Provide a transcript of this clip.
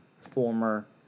former